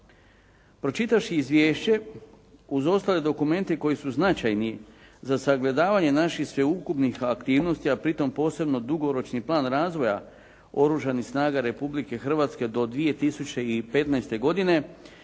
Pročitavši izvješće, uz ostale dokumente koji su značajni za sagledavanje naših sveukupnih aktivnosti, a pritom posebno Dugoročni plan razvoja Oružanih snaga Republike Hrvatske do 2015. godine